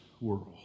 world